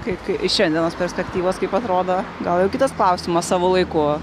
kaip kai iš šiandienos perspektyvos kaip atrodo gal jau kitas klausimas savo laiku